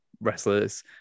wrestlers